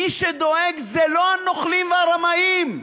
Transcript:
מי שדואג זה לא הנוכלים והרמאים,